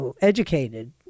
educated